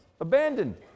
abandoned